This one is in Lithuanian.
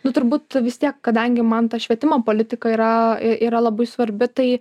nu turbūt vis tiek kadangi man tas švietimo politika yra yra labai svarbi tai